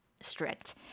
strict